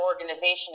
organization